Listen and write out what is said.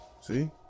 See